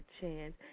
Chance